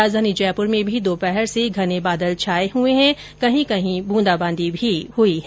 राजधानी जयपुर में भी दोपहर से घने बादल छाए हुए हैं कहीं कहीं बूंदाबांदी भी हुई है